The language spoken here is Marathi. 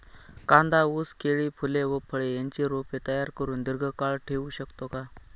कांदा, ऊस, केळी, फूले व फळे यांची रोपे तयार करुन दिर्घकाळ ठेवू शकतो का?